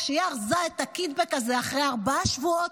כשהיא ארזה את הקיטבג הזה אחרי ארבעה שבועות,